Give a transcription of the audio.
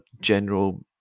general